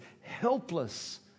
Helpless